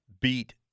beat